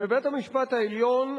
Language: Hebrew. ובית-המשפט העליון,